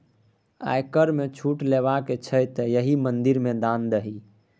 आयकर मे छूट लेबाक छौ तँ एहि मंदिर मे दान दही